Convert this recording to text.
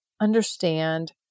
understand